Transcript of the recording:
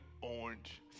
orange